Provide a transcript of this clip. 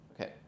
okay